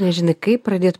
nežinai kaip pradėt